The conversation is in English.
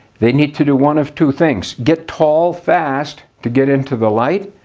they need to do one of two things get tall fast to get into the light,